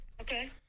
Okay